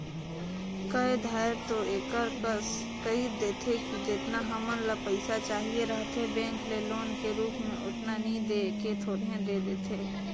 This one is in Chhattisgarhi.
कए धाएर दो एकर कस कइर देथे कि जेतना हमन ल पइसा चाहिए रहथे बेंक ले लोन के रुप म ओतना नी दे के थोरहें दे देथे